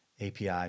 API